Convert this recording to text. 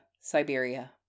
Siberia